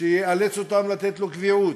שיאלץ אותם לתת לו קביעות.